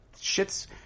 Shit's